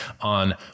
on